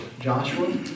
Joshua